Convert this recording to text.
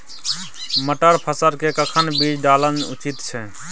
मटर फसल के कखन बीज डालनाय उचित छै?